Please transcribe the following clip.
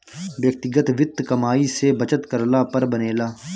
व्यक्तिगत वित्त कमाई से बचत करला पर बनेला